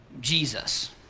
Jesus